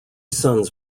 sons